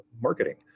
marketing